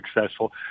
successful